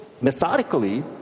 methodically